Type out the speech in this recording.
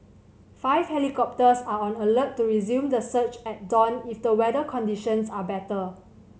five helicopters are on alert to resume the search at dawn if the weather conditions are better